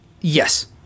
Yes